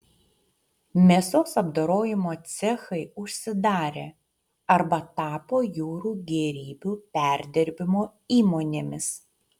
mėsos apdorojimo cechai užsidarė arba tapo jūrų gėrybių perdirbimo įmonėmis